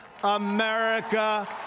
America